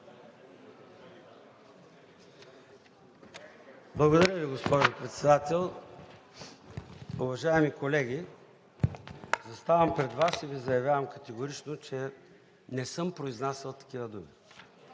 Благодаря Ви, госпожо Председател. Уважаеми колеги, заставам пред Вас и Ви заявявам категорично, че не съм произнасял такива думи.